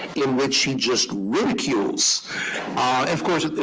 in which he just ridicules of course,